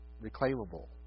reclaimable